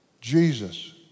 Jesus